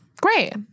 Great